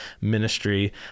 ministry